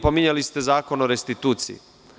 Pominjali ste Zakon o restituciji.